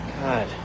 God